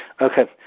Okay